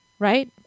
Right